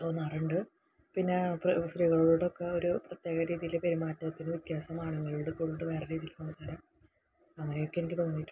തോന്നാറുണ്ട് പിന്നെ സ്ത്രീകളോടൊക്കെ ഒരു പ്രത്യേക രീതിയിൽ പെരുമാറ്റത്തില് വ്യത്യാസം ആണുങ്ങളോട് കൊണ്ട് വേറെ രീതി സംസാരം അങ്ങനെയൊക്കെ എനിക്ക് തോന്നിയിട്ടുണ്ട്